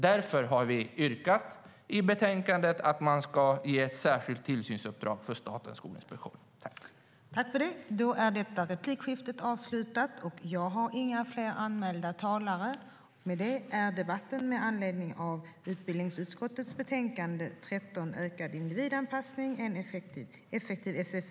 Därför har vi yrkat i betänkandet att man ska ge ett särskilt tillsynsuppdrag till Statens skolinspektion. Ökad individ-anpassning och en effektivare sfi och vuxenutbildning